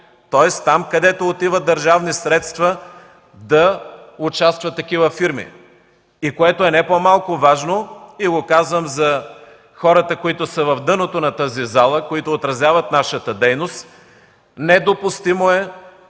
тоест там, където отиват държавни средства, да участват такива фирми. И, което е не по-малко важно, казвам го за хората, които са в дъното на тази зона, които отразяват нашата дейност, недопустимо е